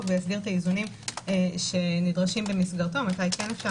ויסדיר את האיזונים שנדרשים במסגרתו מתי אפשר,